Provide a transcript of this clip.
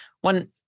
One